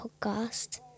podcast